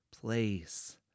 place